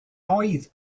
oedd